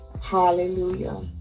hallelujah